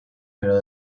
pero